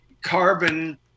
carbon